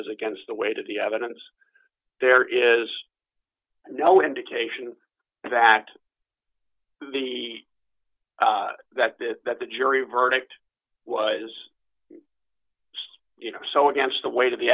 as against the weight of the evidence there is no indication that the that that that the jury verdict was you know so against the weight of the